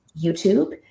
YouTube